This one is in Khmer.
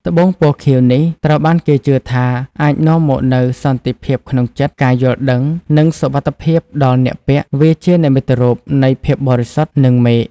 ត្បូងពណ៌ខៀវនេះត្រូវបានគេជឿថាអាចនាំមកនូវសន្តិភាពក្នុងចិត្ត ការយល់ដឹង និងសុវត្ថិភាពដល់អ្នកពាក់ វាជានិមិត្តរូបនៃភាពបរិសុទ្ធ និងមេឃ។